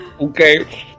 Okay